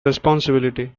responsibility